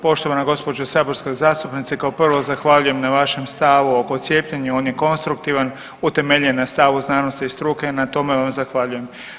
Poštovana gospođo saborska zastupnice zahvaljujem na vašem stavu oko cijepljenja on je konstruktivan utemeljen na stavu znanosti i struke, na tome vam zahvaljujem.